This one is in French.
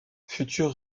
futur